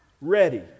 ready